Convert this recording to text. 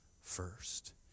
first